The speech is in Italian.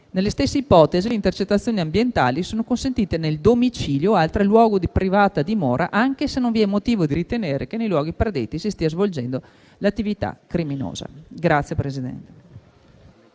Nelle stesse ipotesi, le intercettazioni ambientali sono consentite nel domicilio o altro luogo di privata dimora, anche se non vi è motivo di ritenere che nei luoghi predetti si stia svolgendo l'attività criminosa.